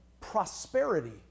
prosperity